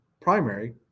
primary